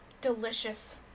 Delicious